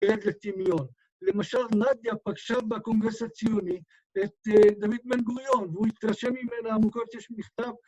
ירד לטמיון. למשל, נדיה פגשה בקונגרס הציוני את דוד בן גוריון והוא התרשם ממנה עמוקות. יש מכתב